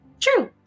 True